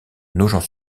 nogent